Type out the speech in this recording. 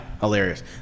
Hilarious